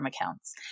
accounts